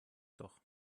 doch